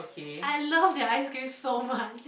I love their ice cream so much